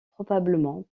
probablement